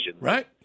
Right